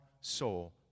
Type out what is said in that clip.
soul